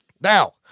Now